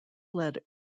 led